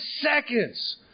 seconds